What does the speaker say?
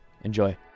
Enjoy